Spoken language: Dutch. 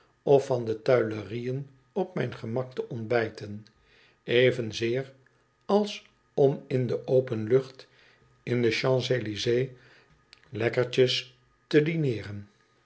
of van de tuilerièn op mijn gemak te ontbijten evenzeer als om in de open lucht in de champs elysées lekkertjes te dineeren